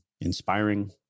inspiring